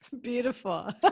beautiful